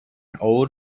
old